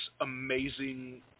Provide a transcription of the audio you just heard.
amazing